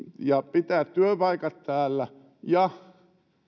ja pitää työpaikat täällä ja